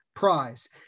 Prize